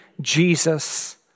Jesus